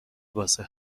واسه